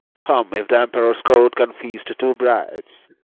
come, if the emperor's court can feast two brides,